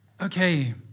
okay